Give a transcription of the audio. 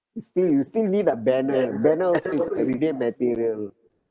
you still you still need a banner banner also is a reading material